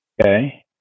Okay